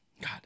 God